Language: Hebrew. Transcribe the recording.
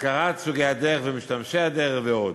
הכרת סוגי הדרך ומשתמשי הדרך ועוד.